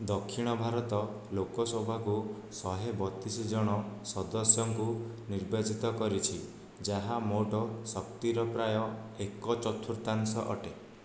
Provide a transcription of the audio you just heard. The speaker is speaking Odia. ଦକ୍ଷିଣ ଭାରତ ଲୋକସଭାକୁ ଶହେ ବତିଶ ଜଣ ସଦସ୍ୟଙ୍କୁ ନିର୍ବାଚିତ କରିଛି ଯାହା ମୋଟ ଶକ୍ତିର ପ୍ରାୟ ଏକ ଚତୁର୍ଥାଂଶ ଅଟେ